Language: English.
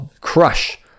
crush